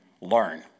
learn